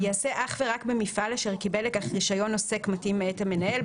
ייעשה אך ורק במפעל אשר קיבל לכך רישיון עוסק מתאים מאת המנהל,